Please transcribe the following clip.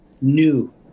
new